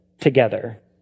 together